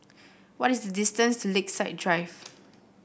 what is the distance to Lakeside Drive